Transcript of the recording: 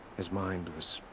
his mind was.